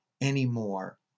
anymore